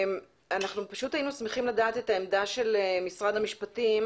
אנחנו היינו שמחים לדעת את העמדה של משרד המשפטים